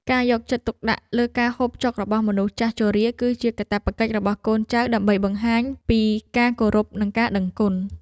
ការយកចិត្តទុកដាក់លើការហូបចុករបស់មនុស្សចាស់ជរាគឺជាកាតព្វកិច្ចរបស់កូនចៅដើម្បីបង្ហាញពីការគោរពនិងការដឹងគុណ។